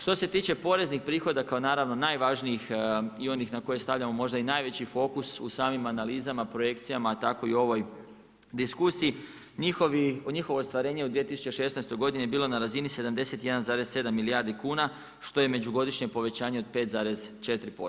Što se tiče poreznih prihoda kao naravno najvažnijih i onih na koje stavljamo možda i najveći fokus u samim analizama, projekcijama a tako i u ovoj diskusiji, u njihovo ostvarenje u 2016. godini je bilo na razini 71,7 milijardi kuna, što je međugodišnje povećanje od 5,4%